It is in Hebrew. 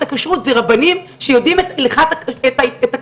הכשרות זה רבנים שיודעים את הלכות הכשרות.